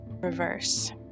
Reverse